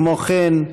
כמו כן,